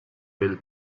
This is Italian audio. del